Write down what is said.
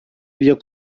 wir